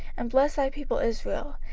and bless thy people israel,